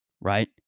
right